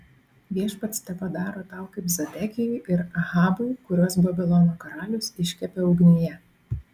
viešpats tepadaro tau kaip zedekijui ir ahabui kuriuos babilono karalius iškepė ugnyje